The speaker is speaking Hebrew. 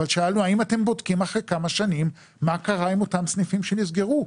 אבל שאלנו האם הם בודקים אחרי כמה שנים מה קרה עם אותם סניפים שנסגרו,